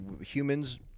humans